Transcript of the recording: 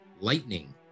Lightning